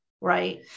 right